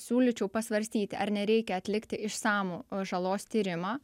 siūlyčiau pasvarstyti ar nereikia atlikti išsamų žalos tyrimą